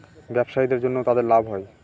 ব্যবসায়ীদের জন্য তাদের লাভ হয়